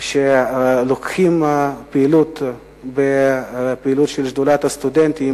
שלוקחים חלק בפעילות של שדולת הסטודנטים,